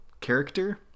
character